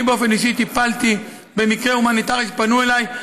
אני אישית טיפלתי במקרה הומניטרי שפנו אליי,